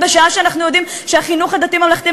בשעה שאנחנו יודעים שהחינוך הממלכתי-דתי